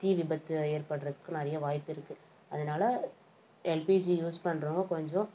தீ விபத்து ஏற்படுறதுக்கு நிறைய வாய்ப்பு இருக்குது அதனால் எல்பிஜி யூஸ் பண்ணுறவங்க கொஞ்சம்